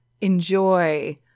enjoy